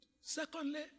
Secondly